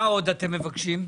מה עוד אתם מבקשים?